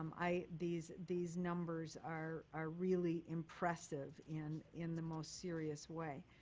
um i these these numbers are are really impressive in in the most serious way.